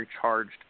charged